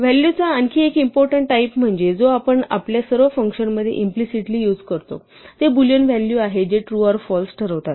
value चा आणखी एक इम्पॉर्टन्ट टाईप म्हणजे जो आपण आपल्या सर्व फंक्शन मध्ये इम्प्लिसिटली युझ करतो ते बुलियन व्हॅलू आहे जे ट्रू ऑर फाल्स ठरवतात